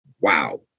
wow